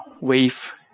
wave